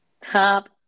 Top